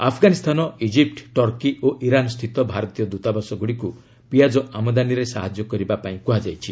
Afghanistan Egypt Turkey ଓ ଇରାନସ୍ଥିତ ଭାରତୀୟ ଦୂତାବାସଗୁଡ଼ିକୁ ପିଆଜ ଆମଦାନୀରେ ସାହାଯ୍ୟ କରିବା ପାଇଁ କୁହାଯାଇଛି